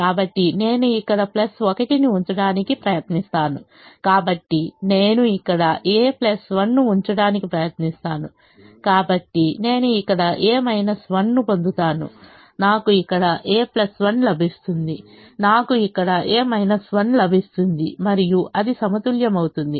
కాబట్టి నేను ఇక్కడ 1 ను ఉంచడానికి ప్రయత్నిస్తాను కాబట్టి నేను ఇక్కడ a 1 ను ఉంచడానికి ప్రయత్నిస్తాను కాబట్టి నేను ఇక్కడ a 1 ను పొందుతాను నాకు ఇక్కడ a 1 లభిస్తుంది నాకు ఇక్కడ a 1 లభిస్తుంది మరియు అది సమతుల్యం అవుతుంది